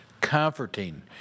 comforting